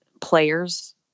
players